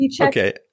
Okay